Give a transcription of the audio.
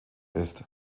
ist